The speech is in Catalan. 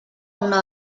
una